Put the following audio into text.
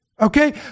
Okay